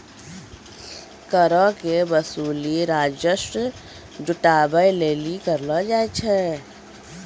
करो के वसूली राजस्व जुटाबै लेली करलो जाय छै